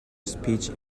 speech